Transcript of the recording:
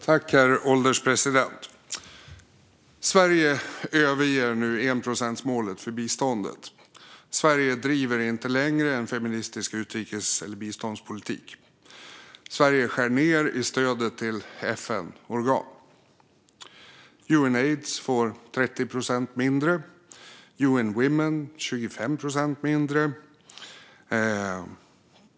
Herr ålderspresident! Sverige överger nu enprocentsmålet för biståndet. Sverige driver inte längre en feministisk utrikespolitik eller biståndspolitik. Sverige skär ned i stödet till FN-organ. Unaids får 30 procent mindre. UN Women får 25 procent mindre.